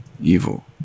evil